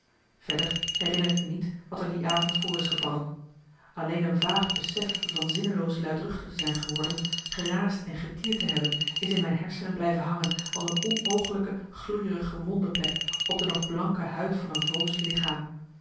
verder herinner ik me niet wat er die avond voor is gevallen alleen een vaag besef van zinneloos luidruchtig te zijn geworden geraasd en getierd te hebben is in mijn hersenen blijven hangen als een onooglijke gloeierige wondeplek op de nog blanke huid van een voos lichaam